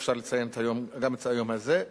אפשר לציין גם את היום הזה.